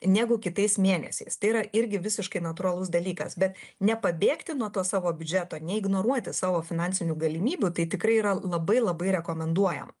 negu kitais mėnesiais tai yra irgi visiškai natūralus dalykas bet nepabėgti nuo to savo biudžeto neignoruoti savo finansinių galimybių tai tikrai yra labai labai rekomenduojam